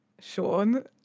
Sean